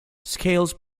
scales